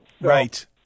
Right